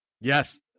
Yes